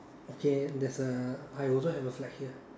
okay there's a I also have a flag here